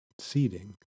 seeding